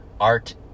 Art